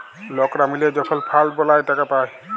লকরা মিলে যখল ফাল্ড বালাঁয় টাকা পায়